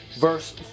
verse